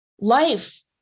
life